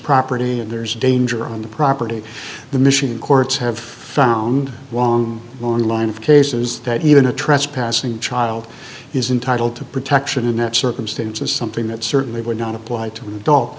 property and there's danger on the property the michigan courts have found on line of cases that even a trespassing child is entitle to protection in that circumstance is something that certainly would not apply to an adult